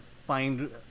find